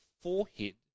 forehead